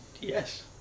Yes